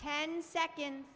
ten seconds